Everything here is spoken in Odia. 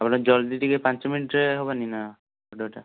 ହଉ ଜଲ୍ଦି ଟିକିଏ ପାଞ୍ଚ ମିନିଟ୍ରେ ହବନିନା ଅର୍ଡ଼ରଟା